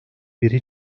biri